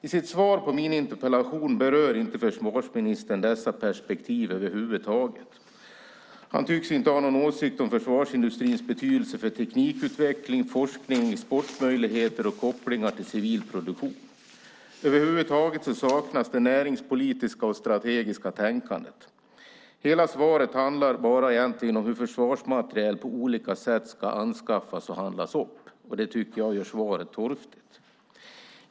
I sitt svar på min interpellation berör inte försvarsministern dessa perspektiv över huvud taget. Han tycks inte ha någon åsikt om försvarsindustrins betydelse för teknikutveckling, forskning, exportmöjligheter och kopplingar till civil produktion. Över huvud taget saknas det näringspolitiska och strategiska tänkandet. Hela svaret handlar egentligen bara om hur försvarsmateriel på olika sätt ska anskaffas och handlas upp. Det gör svaret torftigt.